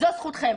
זו זכותכם.